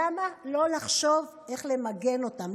למה לא לחשוב איך למגן אותם?